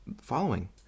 following